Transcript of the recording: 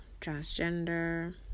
transgender